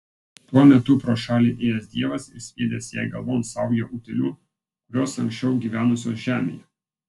tuo metu pro šalį ėjęs dievas ir sviedęs jai galvon saują utėlių kurios anksčiau gyvenusios žemėje